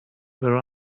where